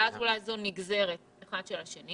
ואז אולי זו נגזרת אחת של השני.